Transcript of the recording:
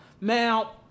Now